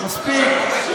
מספיק,